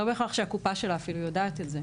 לא בהכרח שהקופה שלה אפילו יודעת את זה.